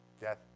death